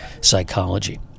psychology